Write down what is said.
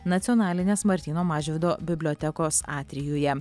nacionalinės martyno mažvydo bibliotekos atrijuje